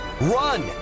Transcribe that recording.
run